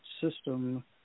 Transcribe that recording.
system